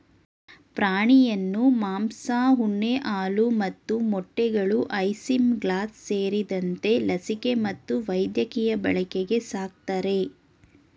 ಪ್ರಾಣಿಯನ್ನು ಮಾಂಸ ಉಣ್ಣೆ ಹಾಲು ಮತ್ತು ಮೊಟ್ಟೆಗಳು ಐಸಿಂಗ್ಲಾಸ್ ಸೇರಿದಂತೆ ಲಸಿಕೆ ಮತ್ತು ವೈದ್ಯಕೀಯ ಬಳಕೆಗೆ ಸಾಕ್ತರೆ